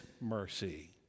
mercy